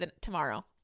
tomorrow